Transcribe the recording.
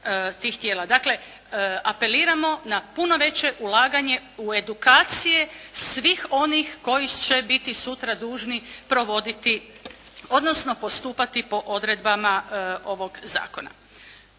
Dakle, apeliramo na puno veće ulaganje u edukacije svih onih koji će biti sutra dužni provoditi, odnosno postupati po odredbama ovoga Zakona.